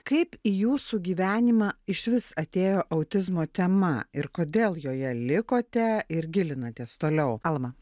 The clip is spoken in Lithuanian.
kaip į jūsų gyvenimą išvis atėjo autizmo tema ir kodėl joje likote ir gilinatės toliau alma